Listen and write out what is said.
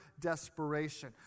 desperation